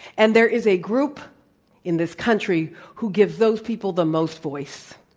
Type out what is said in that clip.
and there is a group in this country who gives those people the most voice.